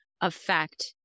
affect